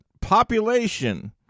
Population